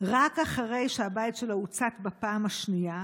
רק אחרי שהבית שלו הוצת בפעם השנייה,